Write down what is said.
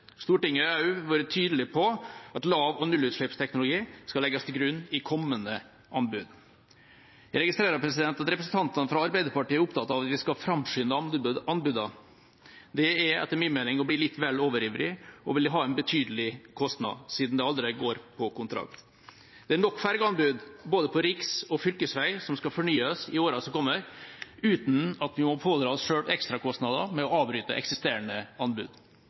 Stortinget har også vært tydelig på at lav- og nullutslippsteknologi skal legges til grunn i kommende anbud. Jeg registrerer at representantene fra Arbeiderpartiet er opptatt av at vi skal framskynde anbudene. Det er etter min mening å bli litt vel overivrig og vil ha en betydelig kostnad, siden det allerede går på kontrakt. Det er nok fergeanbud både på riksvei og på fylkesvei som skal fornyes i årene som kommer, uten at vi må pådra oss selv ekstrakostnader ved å avbryte eksisterende anbud.